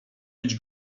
być